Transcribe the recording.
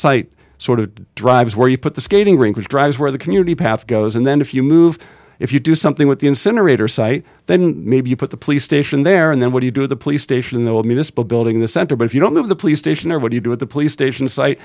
site sort of drives where you put the skating rink which drives where the community path goes and then if you move if you do something with the incinerator site then maybe you put the police station there and then what do you do the police station the old municipal building the center but if you don't have the police station or what you do with the police station site